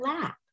lap